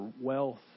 wealth